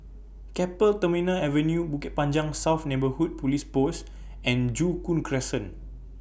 Keppel Terminal Avenue Bukit Panjang South Neighbourhood Police Post and Joo Koon Crescent